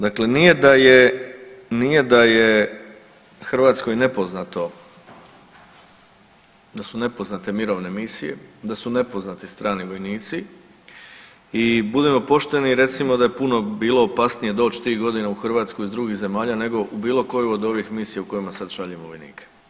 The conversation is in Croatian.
Dakle, nije da je Hrvatskoj nepoznato da su nepoznate mirovine misije, da su nepoznati strani vojnici i budimo pošteni i recimo da je puno bilo opasnije doć tih godina u Hrvatsku iz drugih zemalja nego u bilo koju od ovih misija u kojima sad šaljemo vojnike.